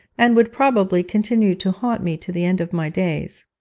and would probably continue to haunt me to the end of my days.